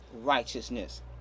righteousness